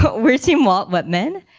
but we're team walt whitman.